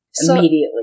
immediately